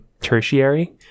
tertiary